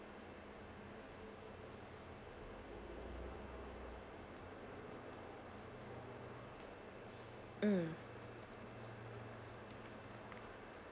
mm